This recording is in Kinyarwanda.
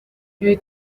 ibi